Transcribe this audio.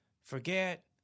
forget